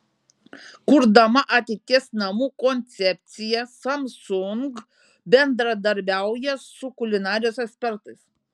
kurdama ateities namų koncepciją samsung bendradarbiauja su kulinarijos ekspertais